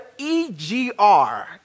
EGR